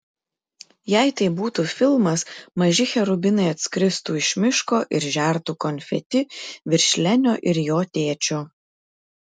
jei tai būtų filmas maži cherubinai atskristų iš miško ir žertų konfeti virš lenio ir jo tėčio